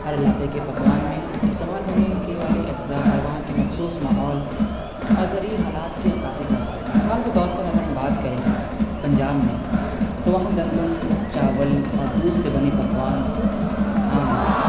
ہر علاقے کے پکوان میں استعمال ہونے کے والے اجزا اور وہاں کی مخصوص ماحول اور زرعی حالات کی عکاسی کرتے ہیں مثال کے طور پر اگر ہم بات کریں پنجاب میں تو وہاں گندم چاول اور دودھ سے بنے پکوان عام ہیں